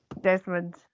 Desmond